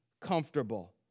comfortable